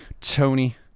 Tony